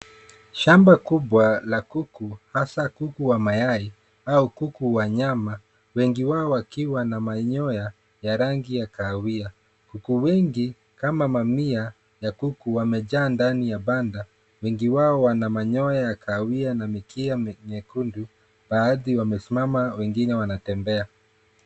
Shamba kubwa la kuku, hasa kuku wa mayai au kuku wa nyama. Wengi wao wakiwa na manyoya ya rangi ya kahawia. Kuku wengi kama mamia ya kuku wamejaa ndani ya banda. Wengi wao wana manyoya ya kahawia na mikia myekundu. Baadhi wamesimama, wengine wanatembea.